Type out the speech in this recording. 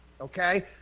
Okay